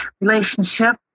relationship